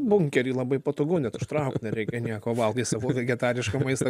bunkery labai patogu net užtraukt nereikia nieko valgai savo vegetarišką maistą